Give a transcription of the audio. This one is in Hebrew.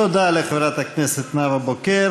תודה לחברת הכנסת נאוה בוקר.